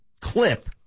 clip